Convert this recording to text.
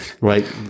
right